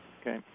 okay